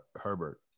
Herbert